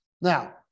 Now